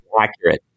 accurate